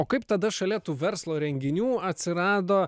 o kaip tada šalia tų verslo renginių atsirado